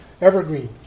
evergreen